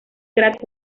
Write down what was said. cráter